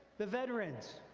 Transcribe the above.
the veterans,